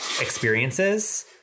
experiences